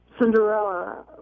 Cinderella